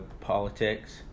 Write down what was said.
politics